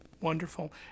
Wonderful